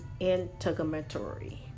integumentary